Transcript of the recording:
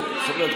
גם הערבים לא,